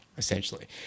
essentially